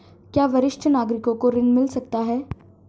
क्या वरिष्ठ नागरिकों को ऋण मिल सकता है?